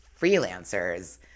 freelancers